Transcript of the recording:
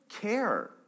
care